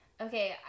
Okay